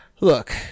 Look